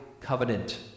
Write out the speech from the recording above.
covenant